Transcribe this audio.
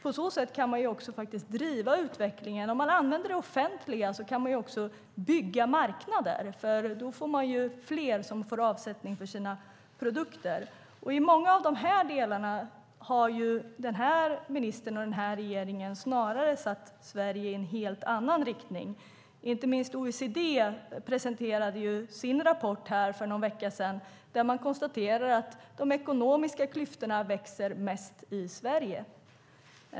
På så sätt kan man också driva utvecklingen - om man använder det offentliga kan man bygga marknader, för då får man fler som får avsättning för sina produkter. I många av de här delarna har den här ministern och den här regeringen snarare satt Sverige i en helt annan riktning. Inte minst OECD presenterade sin rapport för någon vecka sedan, där man konstaterar att de ekonomiska klyftorna växer mest i Sverige.